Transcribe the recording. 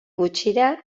gutxira